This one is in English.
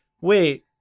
wait